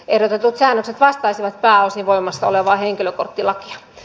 ehdotetut säännökset vastaisivat pääosin voimassa olevaa henkilökorttilakia